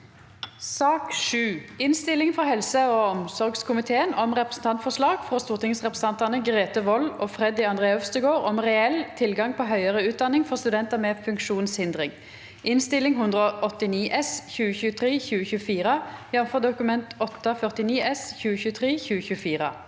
2024 Innstilling fra helse- og omsorgskomiteen om Representantforslag fra stortingsrepresentantene Grete Wold og Freddy André Øvstegård om reell tilgang på høyere utdanning for studenter med funksjonshindring (Innst. 189 S (2023–2024), jf. Dokument 8:49 S (2023– 2024))